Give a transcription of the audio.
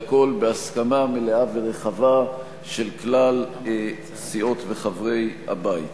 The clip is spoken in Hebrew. והכול בהסכמה מלאה ורחבה של כלל הסיעות וחברי הבית.